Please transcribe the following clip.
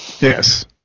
Yes